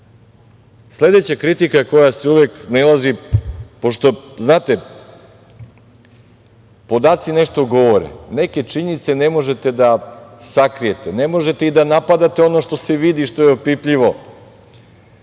više. Sledeća kritika na koju se uvek nailazi, pošto znate, podaci nešto govore, neke činjenice ne možete da sakrijete, ne možete ni da napadate ono što se vidi, što je opipljivo.